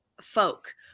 folk